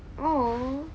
oh